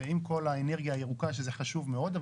עם כל האנרגיה הירוקה שזה חשוב מאוד,